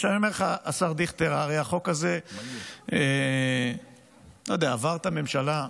אני אומר לך, השר דיכטר, החוק הזה עבר את הממשלה.